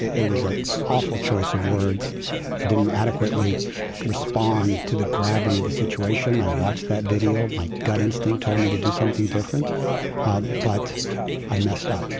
it was an awful choice of words, it didn't adequately respond to the gravity of the situation. i watched that video. my gut instinct told me to do something different but i messed up,